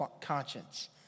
conscience